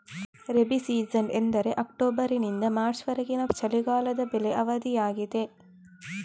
rabi season ಎಂದರೆ ಅಕ್ಟೋಬರಿನಿಂದ March ವರೆಗಿನ ಚಳಿಗಾಲದ ಬೆಳೆ ಅವಧಿಯಾಗಿದೆ